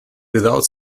without